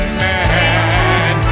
man